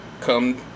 come